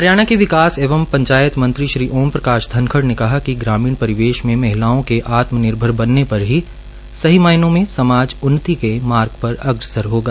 हरियाणा के विकास एवं पंचायत मंत्री श्री ओम प्रकाश धनखड़ ने कहा कि ग्रामीण परिवेश में महिलाओं के आत्म निर्भर बनने पर ही सही मायनों में समाज उन्नती के मार्ग पर अग्रसर होगा